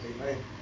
Amen